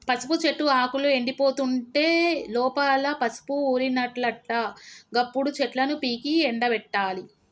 పసుపు చెట్టు ఆకులు ఎండిపోతుంటే లోపల పసుపు ఊరినట్లట గప్పుడు చెట్లను పీకి ఎండపెట్టాలి